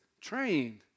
trained